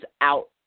out